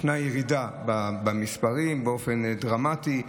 יש ירידה במספרים באופן דרמטי.